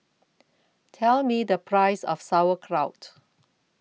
Tell Me The Price of Sauerkraut